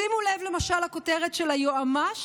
שימו לב למשל לכותרת של היועץ